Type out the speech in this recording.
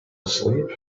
asleep